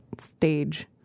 stage